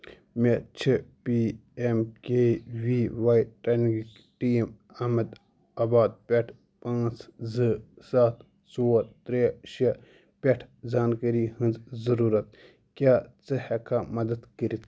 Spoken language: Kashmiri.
مےٚ چھِ P M K V Y training team Ahmedabad پیٹھ پانٛژھ زٕ سَتھ ژور ترے شےٚ پٮ۪ٹھ زانٛکٲری ہٕنٛز ضٔروٗرت کیٛاہ ژٕ ہٮ۪ککھا مدد کٔرِتھ